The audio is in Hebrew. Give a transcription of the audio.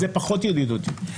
זה פחות ידידותי.